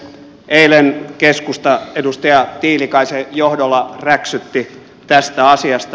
eilen keskusta edustaja tiilikaisen johdolla räksytti tästä asiasta